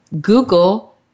Google